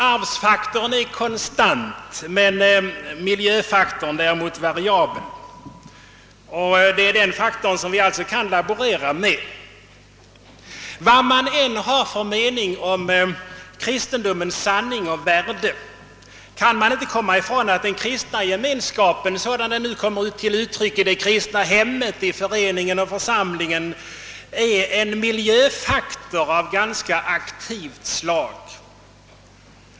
Arvsfaktorn är konstant, medan miljöfaktorn däremot är variabel; därför är det den faktorn som vi kan laborera med, Vad man än har för mening om kristendomens sanning och värde kan man inte komma ifrån att den kristna gemenskapen, sådan den kommer till uttryck i det kristna hemmet eller den kristna föreningen och församlingen, är en miljöfaktor av ganska aktivt slag.